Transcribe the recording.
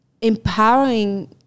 empowering